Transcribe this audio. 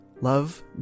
Love